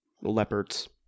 leopards